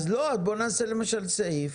אז בוא נעשה סעיף,